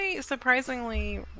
surprisingly